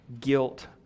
guilt